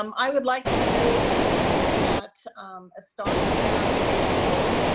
um i would like to move that estancia high school